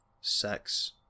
sex